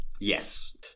Yes